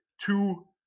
two